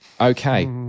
Okay